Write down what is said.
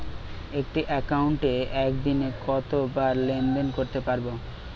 একটি একাউন্টে একদিনে কতবার লেনদেন করতে পারব?